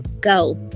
go